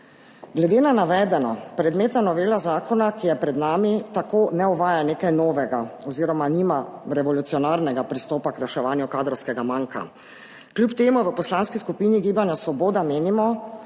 Glede na navedeno predmetna novela zakona, ki je pred nami, tako ne uvaja nekaj novega oziroma nima revolucionarnega pristopa k reševanju kadrovskega manjka. Kljub temu v poslanski skupini Gibanja Svoboda menimo,